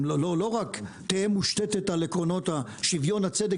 לא רק מושתתת על עקרונות שוויון הצדק